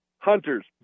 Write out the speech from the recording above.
Hunters